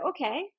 okay